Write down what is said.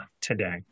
today